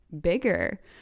bigger